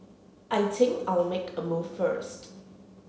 I think I'll make a move first